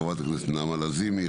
חברת הכנסת נעמה לזימי,